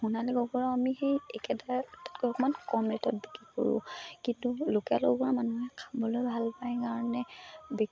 সোণালী কুকুৰাও আমি সেই একেটাই তাতকৈ অকণমান কম ৰেটত বিক্ৰী কৰোঁ কিন্তু লোকেল কুকুৰা মানুহে খাবলৈ ভাল পায় কাৰণে বিক্ৰী